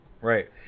Right